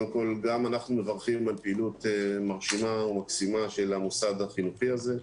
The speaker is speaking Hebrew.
גם אנחנו מברכים על פעילות מרשימה ומקסימה של המוסד החינוכי הזה,